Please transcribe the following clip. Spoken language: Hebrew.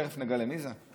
תכף נגלה מי זה,